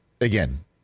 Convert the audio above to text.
again